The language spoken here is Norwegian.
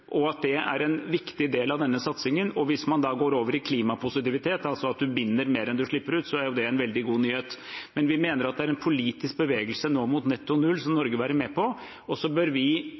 og at det er en viktig del av denne satsingen. Hvis man da går over i klimapositivitet, altså at man binder mer enn man slipper ut, er det en veldig god nyhet, men vi mener at det er en politisk bevegelse nå mot netto null som Norge bør være med på, og så bør vi fra Norges side spesifisere at hos oss skjer det samtidig som vi